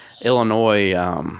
Illinois